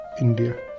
India